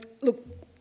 Look